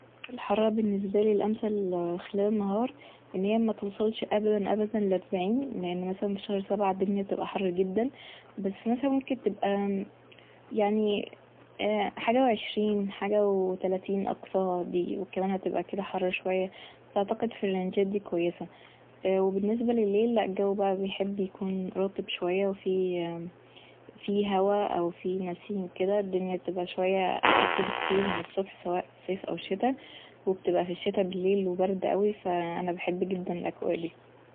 الحرارة باللنسبالي الأمثل خلال النهار ان هي متوصلش ابدا ابدا لأربعين لإن مثلا في شهر سبعة الدنيا بتبقى حر جدا بس مثلا ممكن تبقى يعني حاجة وعشرين حاجة وتلاتين أقصاها دي وكمان هتبقى كده حر شوية ف أعتقد ف الرينجات دي كويسة وباللنسبة ل الليل لأ الجو بقى بيحب يكون رطب شوية وفي في هوا أو في نسيم كده الدنيا تبقى شوية أخف بكتير من الصبح سواء صيف أو شتا وبتبقى فالشتا بالليل و برد أوي فأنا بحب جدا الأجواء دي